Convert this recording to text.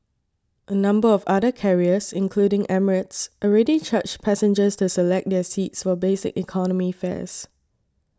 a number of other carriers including Emirates already charge passengers to select their seats for basic economy fares